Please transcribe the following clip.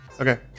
okay